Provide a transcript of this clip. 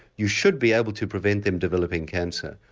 you should be able to prevent them developing cancer,